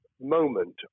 moment